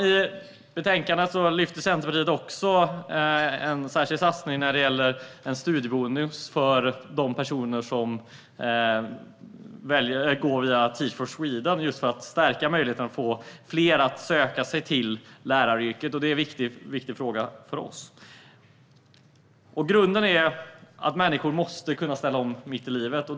I betänkandet lyfter Centerpartiet fram en särskild satsning som gäller en studiebonus för de personer som väljer att gå via Teach for Sweden, just för att få fler att söka sig till läraryrket. Det är en viktig fråga för oss. Grunden är att människor måste kunna ställa om mitt i livet.